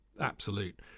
absolute